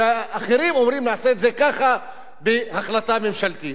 והאחרים אומרים: נעשה את זה ככה בהחלטה ממשלתית.